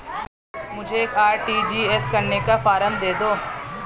मुझे एक आर.टी.जी.एस करने का फारम दे दो?